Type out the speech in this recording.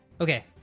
Okay